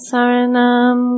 Saranam